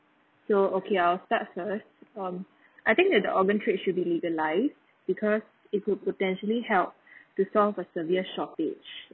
so okay I'll start first um I think that the organ trade should be legalised because it would potentially help to solve a severe shortage